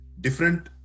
different